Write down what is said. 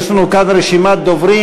יש לנו כאן רשימת דוברים.